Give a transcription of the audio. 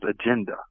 agenda